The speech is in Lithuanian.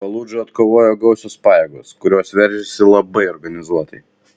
faludžą atkovojo gausios pajėgos kurios veržėsi labai organizuotai